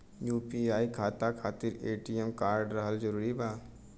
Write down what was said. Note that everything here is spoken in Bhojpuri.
यू.पी.आई खाता खातिर ए.टी.एम कार्ड रहल जरूरी बा?